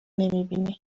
نمیبینی